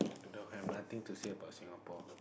don't have I nothing to say about Singapore